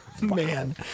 Man